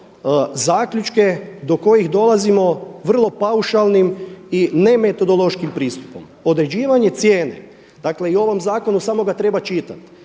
zaključke do kojih dolazimo vrlo paušalnim i ne metodološkim pristupom Određivanje cijene, dakle i u ovom zakonu samo ga treba čitati.